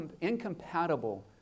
incompatible